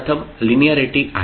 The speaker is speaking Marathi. प्रथम लिनिअरिटी आहे